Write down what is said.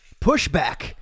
Pushback